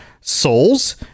souls